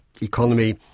economy